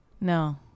No